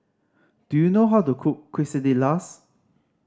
do you know how to cook Quesadillas